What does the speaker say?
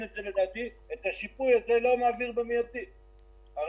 את זה לדעתי לא מעביר את השיפוי הזה במיידי.